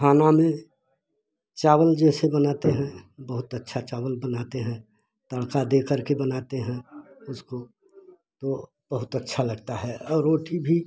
खाना में चावल जैसे बनाते हैं बहुत अच्छा चावल बनाते हैं तड़का दे करके बनाते हैं उसको तो बहुत अच्छा लगता है और रोटी भी